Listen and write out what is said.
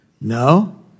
No